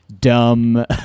dumb